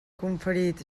conferit